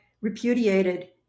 repudiated